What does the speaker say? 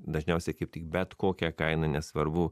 dažniausiai kaip tik bet kokia kaina nesvarbu